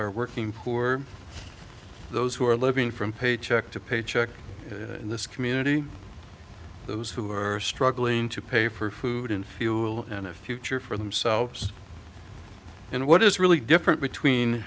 are working poor those who are living from paycheck to paycheck in this community those who are struggling to pay for food and fuel and a future for themselves and what is really different between